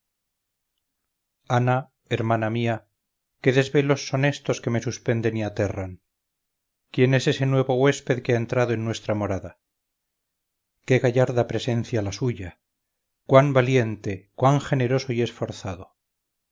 ana hermana mía qué desvelos son estos que me suspenden y aterran quién es ese nuevo huésped que ha entrado en nuestra morada qué gallarda presencia la suya cuán valiente cuán generoso y esforzado